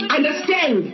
Understand